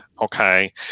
okay